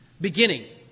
Beginning